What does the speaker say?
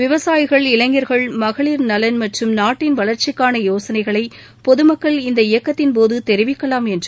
விவசாயிகள் இளைஞர்கள் மகளிர் நலன் மற்றும் நாட்டின் வளர்ச்சிக்கான யோசனைகளை பொதுமக்கள் இந்த இயக்கத்தின் போது தெரிவிக்கலாம் என்று கூறினார்